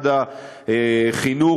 משרד החינוך,